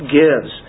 gives